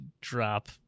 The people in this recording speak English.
drop